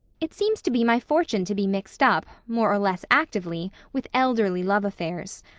it seems to be my fortune to be mixed up, more or less actively, with elderly love affairs.